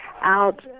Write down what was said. out